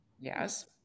Yes